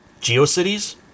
GeoCities